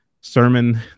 sermon